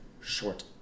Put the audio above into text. short